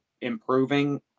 improving